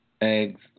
eggs